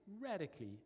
radically